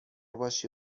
باشی